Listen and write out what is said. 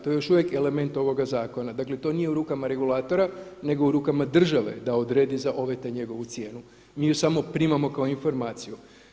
To je još uvijek element ovoga zakona, dakle to nije u rukama regulatora nego u rukama države da odredi za OVT njegovu cijenu, mi ju samo primamo kao informaciju.